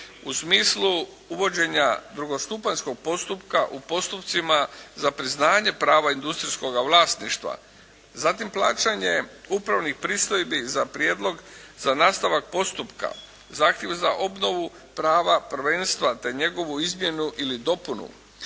u smislu uvođenja drugostupanjskog postupka u postupcima za priznanje prava industrijskoga vlasništva. Zatim plaćanje upravnih pristojbi za prijedlog za nastavak postupka. Zahtjev za obnovu prava prvenstva te njegovu izmjenu ili dopunu.